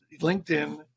LinkedIn